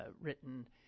written